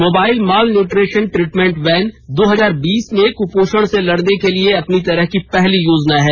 mobile malnutrition treatment van दो हजार बीस में कुपोषण से लड़ने के लिए अपनी तरह की पहली योजना है